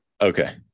Okay